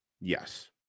Yes